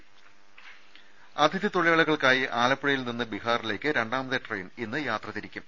രുദ അതിഥി തൊഴിലാളികൾക്കായി ആലപ്പുഴയിൽനിന്ന് ബീഹാറിലേക്ക് രണ്ടാമത്തെ ട്രെയിൻ ഇന്ന് യാത്ര തിരിയ്ക്കും